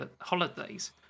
holidays